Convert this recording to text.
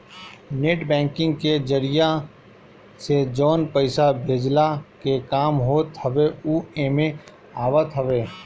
net banking के जरिया से जवन पईसा भेजला के काम होत हवे उ एमे आवत हवे